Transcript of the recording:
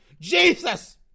Jesus